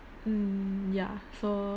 mm ya so